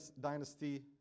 dynasty